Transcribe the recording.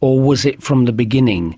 or was it from the beginning